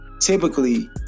typically